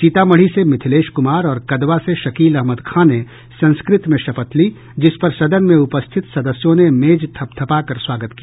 सीतामढ़ी से मिथिलेश कुमार और कदवा से शकील अहमद खां ने संस्कृत में शपथ ली जिसपर सदन में उपस्थित सदस्यों ने मेज थपथपा कर स्वागत किया